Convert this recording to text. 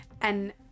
and-